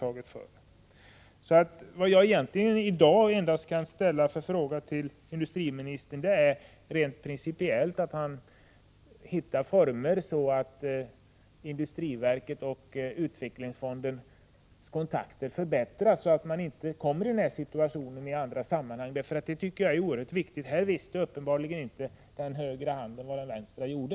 Det jag i dag egentligen endast kan göra är att uppmana industriministern att försöka hitta former för att förbättra industriverkets och utvecklingsfondens kontakter, så att man inte i andra sammanhang kommer i denna situation. Det är oerhört viktigt. Här visste uppenbarligen inte den högra handen vad den vänstra gjorde.